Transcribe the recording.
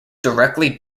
directly